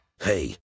Hey